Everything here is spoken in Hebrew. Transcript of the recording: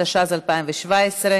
התשע"ז 2017,